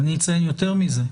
אני אציין יותר מזה,